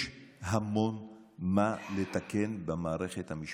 יש המון מה לתקן במערכת המשפטית,